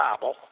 Bible